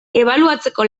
ebaluatzeko